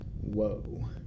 whoa